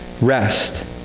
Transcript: rest